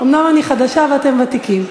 אומנם אני חדשה ואתם ותיקים.